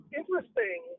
interesting